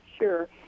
Sure